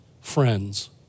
friends